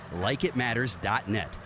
LikeItMatters.net